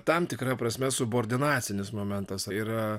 tam tikra prasme subordinacinis momentas yra